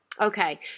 Okay